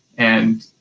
and,